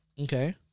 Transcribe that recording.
Okay